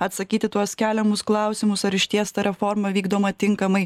atsakyt į tuos keliamus klausimus ar išties ta reforma vykdoma tinkamai